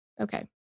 Okay